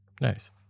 Nice